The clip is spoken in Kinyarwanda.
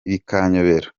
bikanyobera